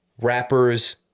rappers